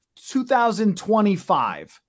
2025